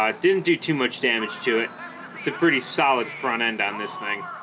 um didn't do too much damage to it it's a pretty solid front end on this thing